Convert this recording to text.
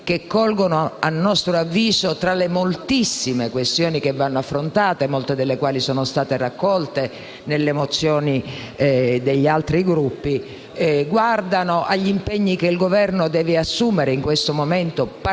secchi - a nostro avviso - tra le moltissime questioni da affrontare (molte delle quali sono state raccolte nelle mozioni degli altri Gruppi) colgono le misure che il Governo deve assumere in questo momento particolarmente